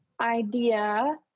idea